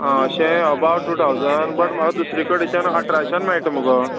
आं अशें about two thousand but म्हाका दुसरे कडेच्यान अठराश्यान मेळटा मुगो